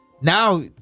now